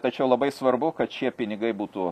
tačiau labai svarbu kad šie pinigai būtų